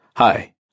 Hi